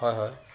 হয় হয়